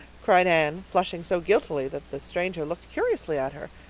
cried anne, flushing so guiltily that the stranger looked curiously at her,